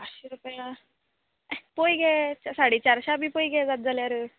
पांचशे रूपया हें पय गे साडे चारशा बी पय गे जाता जाल्यार